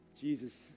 Jesus